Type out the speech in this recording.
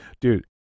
Dude